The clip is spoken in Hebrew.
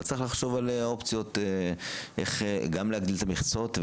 אז צריך לחשוב על האופציות איך להגדיל את המכסות,